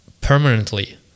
permanently